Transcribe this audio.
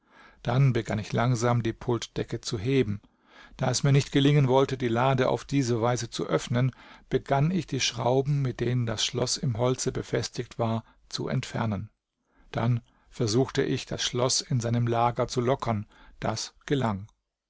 dann begann ich langsam die pultdecke zu heben da es mir nicht gelingen wollte die lade auf diese weise zu öffnen begann ich die schrauben mit denen das schloß im holze befestigt war zu entfernen dann versuchte ich das schloß in seinem lager zu lockern das gelang